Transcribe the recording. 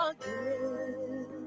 again